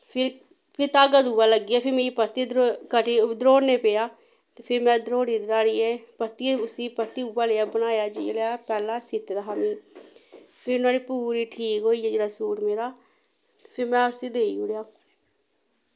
फ्ही धागा दुआ लग्गिया फ्ही मिगी परतियै दरोड़ना पेआ ते फ्ही में दरोड़ा दराड़ियै परतियै उस्सी उऐ लेआ बनाया जनेहा पैह्लैं सीते दा हा में फ्ही नोहाड़ी पूरी ठीक होईया जिसलै सूट मेरा फ्ही में उस्सी देई ओड़ेआ